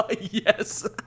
Yes